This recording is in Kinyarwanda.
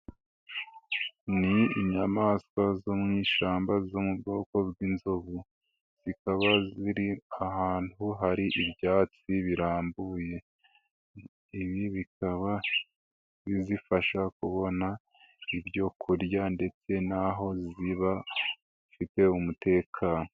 Ni inyamaswa zo mu ishyamba zo mu bwoko bw'inzovu. Zikaba ziri ahantu hari ibyatsi birambuye. Ibi bikaba bizifasha kubona ibyo kurya ndetse n'aho ziba hafite umutekano.